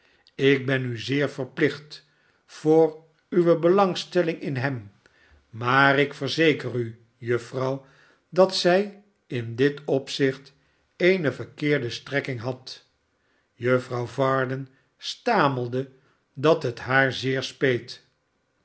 ik ben u zeer verplicht voor uwe belangstelling in hem maar ik verzeker u juffrouw dat zij in dit opzicht eene verkeerde strekking had juffrouw varden stamelde dat het haar zeer speet